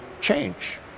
change